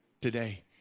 today